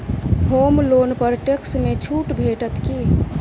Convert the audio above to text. होम loan पर tax मे छुट भेटत की